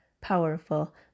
powerful